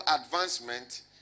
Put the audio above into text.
advancement